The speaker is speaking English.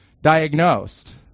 diagnosed